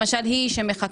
למשל היא שמחכה.